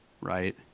right